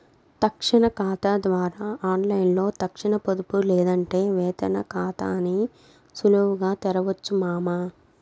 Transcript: తక్షణ కాతా ద్వారా ఆన్లైన్లో తక్షణ పొదుపు లేదంటే వేతన కాతాని సులువుగా తెరవొచ్చు మామా